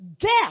Death